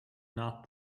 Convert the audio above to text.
not